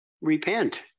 repent